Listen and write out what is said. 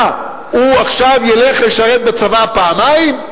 מה, הוא עכשיו ילך לשרת בצבא פעמיים?